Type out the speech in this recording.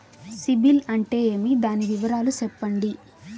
సిబిల్ అంటే ఏమి? దాని వివరాలు సెప్పండి?